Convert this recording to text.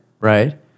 right